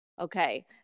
okay